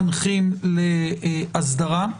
המנחים לאסדרה.